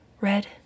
Red